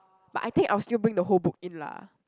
but I think I'll still bring the whole book in lah